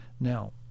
Now